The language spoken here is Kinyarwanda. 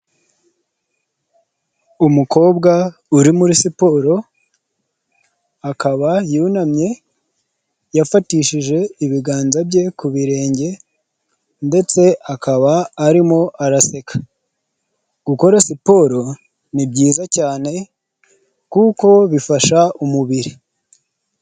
Umukobwa uri muri siporo, akaba yunamye, yafatishije ibiganza bye ku birenge ndetse akaba arimo araseka. Gukora siporo ni byiza cyane kuko bifasha umubiri.